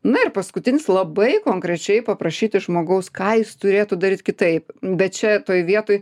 na ir paskutinis labai konkrečiai paprašyti žmogaus ką jis turėtų daryt kitaip bet čia toj vietoj